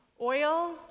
oil